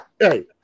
Hey